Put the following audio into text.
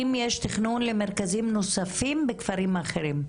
האם יש תכנון למרכזים נוספים בכפרים אחרים?